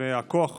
ושהכוח